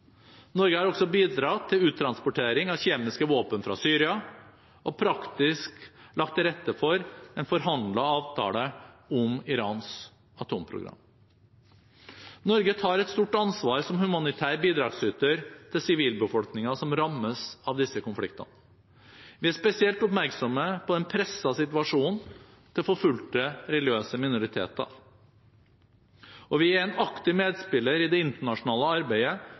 Norge har også bidratt til uttransportering av kjemiske våpen fra Syria og praktisk lagt til rette for en forhandlet avtale om Irans atomprogram. Norge tar et stort ansvar som humanitær bidragsyter til sivilbefolkningen som rammes av disse konfliktene. Vi er spesielt oppmerksomme på den pressede situasjonen til forfulgte religiøse minoriteter, og vi er en aktiv medspiller i det internasjonale arbeidet